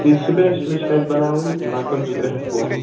تِے سِپیشلٕے چھِ اسہِ بَناوٕنۍ لگ بھگ زٕ ترٛےٚ ہتھ فوٹو